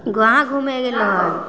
गाम घुमै गेलऽ हऽ